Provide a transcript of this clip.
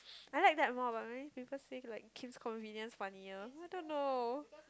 I like that more but many people say like Kim's-Convenience funnier I don't know